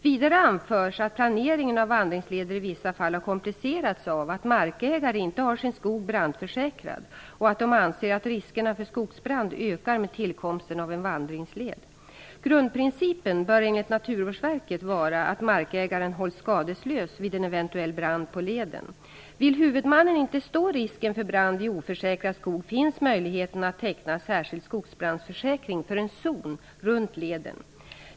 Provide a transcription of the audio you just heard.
Vidare anförs att planeringen av vandringsleder i vissa fall har komplicerats av att markägare inte har sin skog brandförsäkrad och att de anser att riskerna för skogsbrand ökar med tillkomsten av en vandringsled. Grundprincipen bör enligt Naturvårdsverket vara att markägaren hålls skadeslös vid en eventuell brand på leden. Vill huvudmannen inte stå risken för brand i oförsäkrad skog finns möjligheten att teckna särskild skogsbrandförsäkring för en zon runt leden.